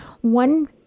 one